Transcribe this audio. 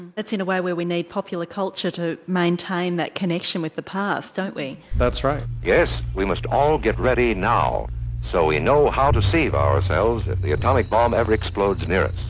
that's in a way where we need popular culture to maintain that connection with the past, don't we? that's right. yes we must all get ready now so we know how to save ourselves if the atomic bomb ever explodes near us. if